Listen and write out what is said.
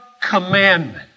commandment